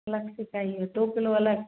अलग से चाहिए दो किलो अलग